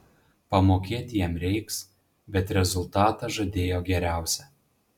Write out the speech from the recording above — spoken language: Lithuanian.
pamokėt jam reiks bet rezultatą žadėjo geriausią